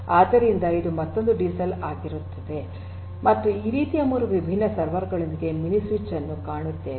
ಆದ್ದರಿಂದ ಇದು ಮತ್ತೊಂದು ಡಿಸೆಲ್ ಆಗಿರುತ್ತದೆ ಮತ್ತು ಈ ರೀತಿಯ 3 ವಿಭಿನ್ನ ಸರ್ವರ್ ಗಳೊಂದಿಗೆ ಮಿನಿ ಸ್ವಿಚ್ ಅನ್ನು ಕಾಣುತ್ತೇವೆ